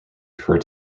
refer